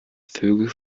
vögel